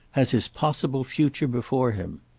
has his possible future before him.